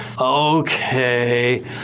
Okay